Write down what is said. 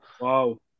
wow